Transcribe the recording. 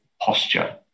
posture